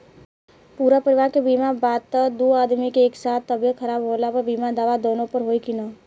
पूरा परिवार के बीमा बा त दु आदमी के एक साथ तबीयत खराब होला पर बीमा दावा दोनों पर होई की न?